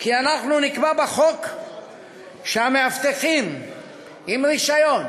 שאנחנו נקבע בחוק שמאבטחים עם רישיון,